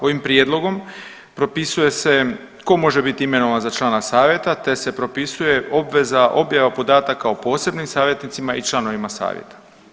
Ovim prijedlogom propisuje se tko može biti imenovan za člana savjeta, te se propisuje obveza objava podataka o posebnim savjetnicima i članovima savjeta.